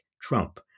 Trump